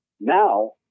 Now